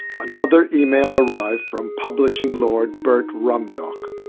another email arrived from publishing lord burt rumdock.